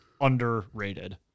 underrated